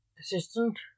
assistant